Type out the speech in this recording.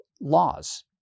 laws